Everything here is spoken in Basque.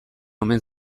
omen